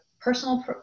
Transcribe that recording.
personal